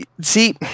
See